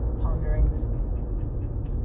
ponderings